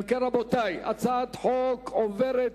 אם כן, רבותי, הצעת חוק עוברת